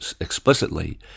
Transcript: explicitly